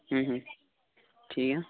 ᱴᱷᱤᱠ ᱜᱮᱭᱟ